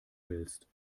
willst